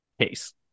case